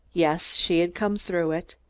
yes, she had come through it.